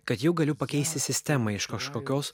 kad jau galiu pakeisti sistemą iš kažkokios